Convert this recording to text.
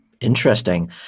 interesting